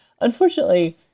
unfortunately